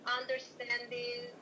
understanding